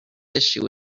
issue